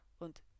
und